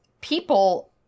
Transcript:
people